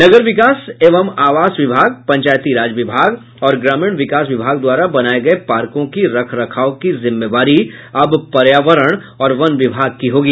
नगर विकास एवं आवास विभाग पंचायती राज विभाग और ग्रामीण विकास विभाग द्वारा बनाये गये पार्को की रख रखाव की जिम्मेवारी अब पर्यावरण और वन विभाग की होगी